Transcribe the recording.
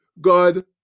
God